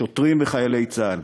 שוטרים וחיילי צה"ל.